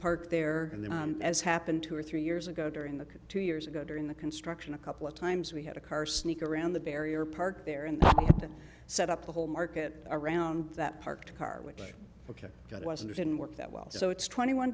park there and then as happened two or three years ago during the two years ago during the construction a couple of times we had a car sneak around the barrier parked there and set up the whole market around that parked car which ok that wasn't didn't work that well so it's twenty one